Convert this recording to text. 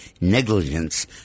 negligence